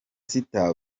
sita